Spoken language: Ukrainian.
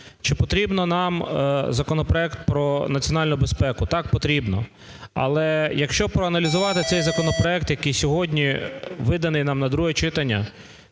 Чи потрібно нам законопроект про національну безпеку? Так, потрібно. Але, якщо проаналізувати цей законопроект, який сьогодні виданий нам на друге читання,